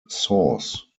sauce